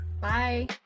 Bye